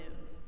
news